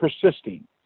persisting